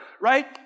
Right